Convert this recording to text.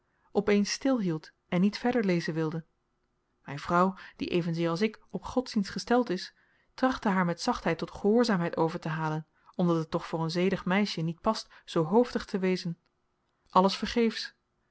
eens stilhield en niet verder lezen wilde myn vrouw die evenzeer als ik op godsdienst gesteld is trachtte haar met zachtheid tot gehoorzaamheid overtehalen omdat het toch voor een zedig meisje niet past zoo hoofdig te wezen alles vergeefs